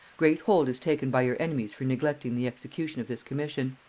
great hold is taken by your enemies for neglecting the execution of this commission.